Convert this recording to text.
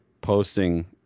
posting